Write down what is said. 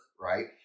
right